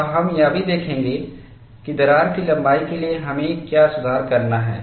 और हम यह भी देखेंगे कि दरार की लंबाई के लिए हमें क्या सुधार करना है